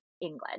England